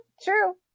true